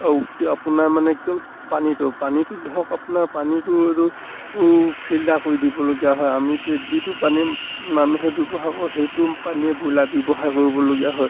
আৰু কি আপোনাৰ মানে কি হ'ল পানীটো পানীটো ধৰক আপোনাৰ পানীটো এইটো ফিল্টাৰ কৰি দিবলগীয়া হয় আমিতো যিটো পানী মানুহে ব্যৱহাৰ কৰোঁ সেইটো পানীয়ে ব্ৰইলাৰ ব্যৱহাৰ কৰিবলগীয়া হয়